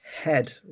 head